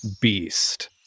beast